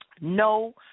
No